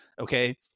Okay